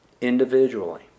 individually